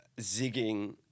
zigging